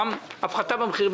גם הפחתה במחיר,